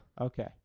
okay